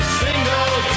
single